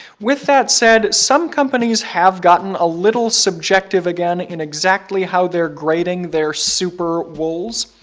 with that said, some companies have gotten a little subjective again in exactly how they're grading their super wools.